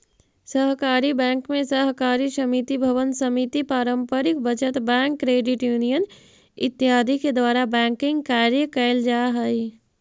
सहकारी बैंक में सहकारी समिति भवन समिति पारंपरिक बचत बैंक क्रेडिट यूनियन इत्यादि के द्वारा बैंकिंग कार्य कैल जा हइ